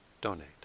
donate